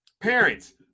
Parents